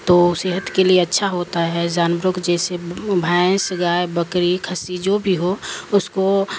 تو صحت کے لیے اچھا ہوتا ہے جانوروں کو جیسے بھینس گائے بکری کھسی جو بھی ہو اس کو